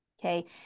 okay